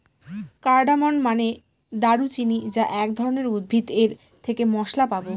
cardamom মানে দারুচিনি যা এক ধরনের উদ্ভিদ এর থেকে মসলা পাবো